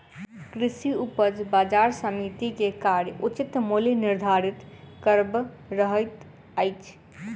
कृषि उपज बजार समिति के कार्य उचित मूल्य निर्धारित करब होइत अछि